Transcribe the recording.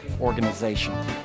organization